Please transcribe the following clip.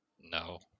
no